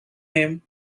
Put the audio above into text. him